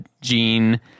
gene